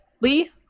lee